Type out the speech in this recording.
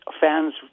fans